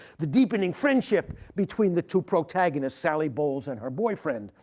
the deepening friendship between the two protagonists sally bowles and her boyfriend.